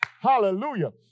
Hallelujah